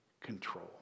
control